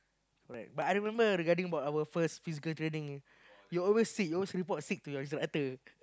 like but I remember regarding about our first physical training you always sick you always report sick to your instructor